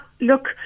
Look